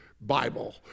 Bible